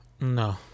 No